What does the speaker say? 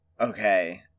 okay